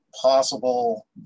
possible